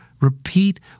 repeat